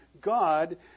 God